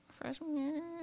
freshman